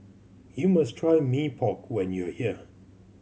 you must try Mee Pok when you are here